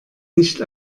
nicht